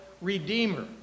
redeemer